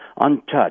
untouched